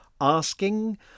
asking